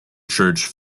church